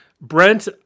Brent